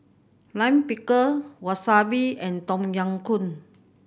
Lime Pickle Wasabi and Tom Yam Goong